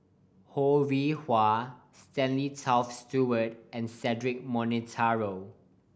Ho Rih Hwa Stanley Toft Stewart and Cedric Monteiro